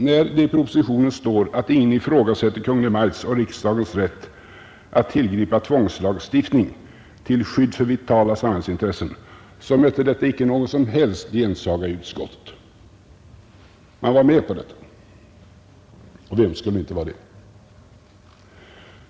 När det i propositionen stod att ingen ifrågasätter Kungl. Maj:ts och riksdagens rätt att tillgripa tvångslagstiftning till skydd för vitala samhällsintressen, mötte detta inte någon som helst gensaga i utskottet. Man var med på det — och vem skulle inte vara det?